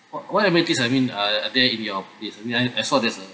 what what amenities I mean are are there in your place I mean I I saw there's a